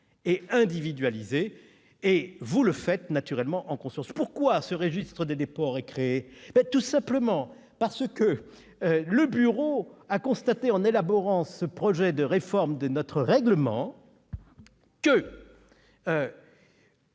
et individualisés. Vous le faites naturellement en conscience. Pourquoi ce registre des déports est-il évoqué dans le règlement ? Tout simplement parce que le bureau a constaté, en élaborant ce projet de réforme de notre règlement, que